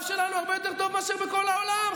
שלנו הרבה יותר טוב מאשר בכל העולם.